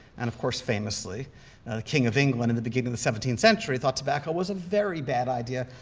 and of course, famously, the king of england in the beginning of the seventeenth century thought tobacco was a very bad idea,